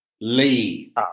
Lee